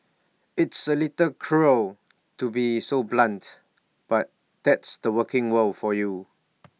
it's A little cruel to be so blunt but that's the working world for you